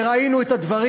וראינו את הדברים.